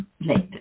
later